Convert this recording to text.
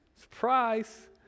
Surprise